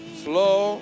flow